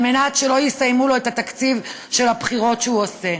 כדי שלא יסיימו לו את התקציב של הבחירות שהוא עושה.